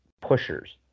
pushers